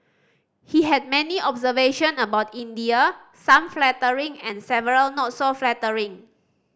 he had many observation about India some flattering and several not so flattering